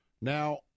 Now